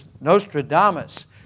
Nostradamus